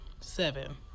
seven